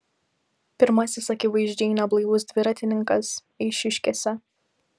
pirmasis akivaizdžiai neblaivus dviratininkas eišiškėse